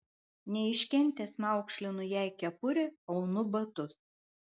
neiškentęs maukšlinu jai kepurę aunu batus